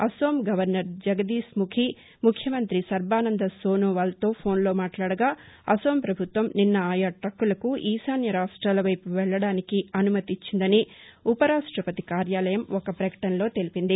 Assam governor Jagdish Mukhi ముఖ్యమంతి సర్భానంద సోనోవాల్లతో ఫోన్లో మాట్లాడగా అసోం పభుత్వం నిన్న ఆయా టక్కులకు ఈశాన్య రాష్ట్రాలవైపు వెళ్లడానికి అనుమతిచ్చిందని ఉపరాష్టపతి కార్యాలయం ఒక పకటనలో తెలిపింది